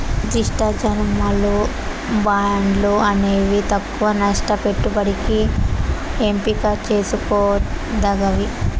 నిర్దిష్ట జమలు, బాండ్లు అనేవి తక్కవ నష్ట పెట్టుబడికి ఎంపిక చేసుకోదగ్గవి